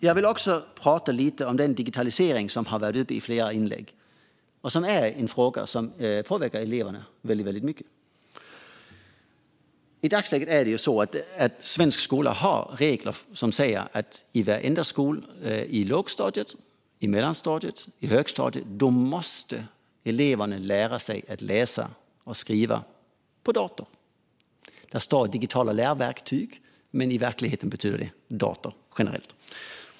Jag vill också prata lite om digitaliseringen, som har varit uppe i flera inlägg och som är en fråga som påverkar eleverna väldigt mycket. I dagsläget har svensk skola regler som säger att i lågstadiet, i mellanstadiet och i högstadiet måste eleverna lära sig att läsa och skriva på dator. Det står digitala läroverktyg, men i verkligheten betyder det dator generellt.